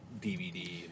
DVD